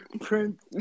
Prince